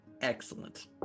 Excellent